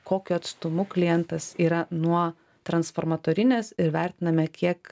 kokiu atstumu klientas yra nuo transformatorinės ir vertiname kiek